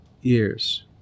years